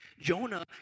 Jonah